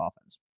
offense